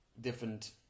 different